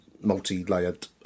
multi-layered